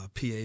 PA